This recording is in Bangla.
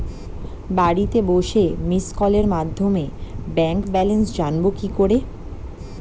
বাড়িতে বসে মিসড্ কলের মাধ্যমে ব্যাংক ব্যালেন্স জানবো কি করে?